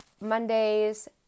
Mondays